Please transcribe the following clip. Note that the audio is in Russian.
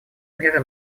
меры